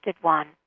one